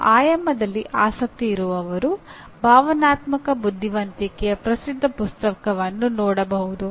ಈ ಆಯಾಮದಲ್ಲಿ ಆಸಕ್ತಿ ಇರುವವರು ಭಾವನಾತ್ಮಕ ಬುದ್ಧಿವಂತಿಕೆಯ ಪ್ರಸಿದ್ಧ ಪುಸ್ತಕವನ್ನು ನೋಡಬಹುದು